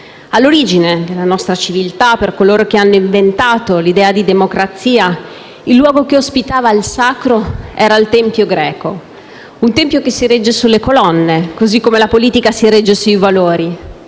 All'origine della nostra civiltà, per coloro che hanno inventato l'idea di democrazia, il luogo che ospitava il sacro era il tempio greco. Un tempio che si regge sulle colonne, così come la politica si regge sui valori.